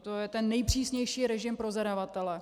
To je ten nejpřísnější režim pro zadavatele.